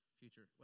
future